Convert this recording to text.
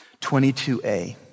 22a